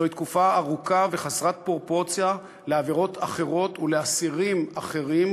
זוהי תקופה ארוכה וחסרת פרופורציה לעבירות אחרות ולאסירים אחרים,